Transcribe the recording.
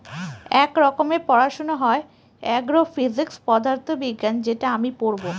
এক রকমের পড়াশোনা হয় এগ্রো ফিজিক্স পদার্থ বিজ্ঞান যেটা আমি পড়বো